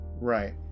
right